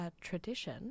tradition